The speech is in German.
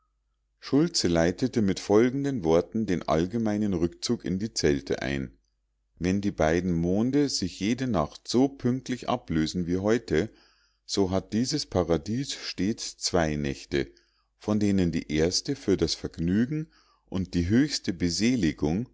schultze leitete mit folgenden worten den allgemeinen rückzug in die zelte ein wenn die beiden monde sich jede nacht so pünktlich ablösen wie heute so hat dieses paradies stets zwei nächte von denen die erste für das vergnügen und die höchste